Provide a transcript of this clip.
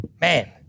Man